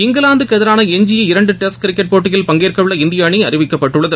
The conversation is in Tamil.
இங்கிலாந்துக்கு எதிரான எஞ்சிய இரண்டு டெஸ்ட் கிரிக்கெட் போட்டியில் பங்கேற்கவுள்ள இந்திய அணி அறிவிக்கப்பட்டுள்ளது